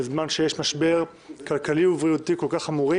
בזמן שיש משבר כלכלי ובריאותי כל כך חמור,